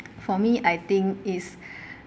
for me I think is